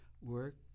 work